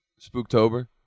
Spooktober